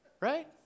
Right